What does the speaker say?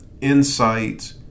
insight